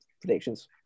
predictions